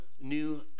new